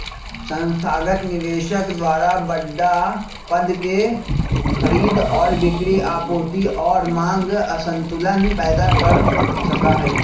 संस्थागत निवेशक द्वारा बडड़ा पद के खरीद और बिक्री आपूर्ति और मांग असंतुलन पैदा कर सका हई